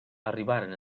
arribaren